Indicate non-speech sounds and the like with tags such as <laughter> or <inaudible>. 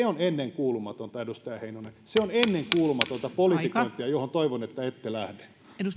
<unintelligible> on ennenkuulumatonta edustaja heinonen se on ennenkuulumatonta politikointia johon toivon että ette lähde